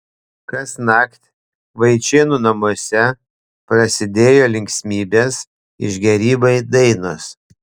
kasnakt vaičėnų namuose prasidėjo linksmybės išgėrimai dainos